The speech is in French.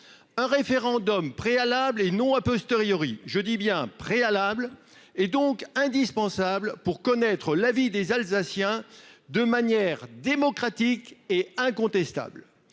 Un référendum préalable et non a posteriori je dis bien préalables et donc indispensable pour connaître l'avis des alsaciens de manière démocratique et incontestable.